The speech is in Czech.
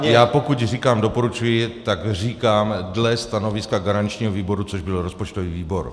Já pokud říkám doporučuji, tak říkám dle stanoviska garančního výboru, což byl rozpočtový výbor.